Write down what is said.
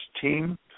team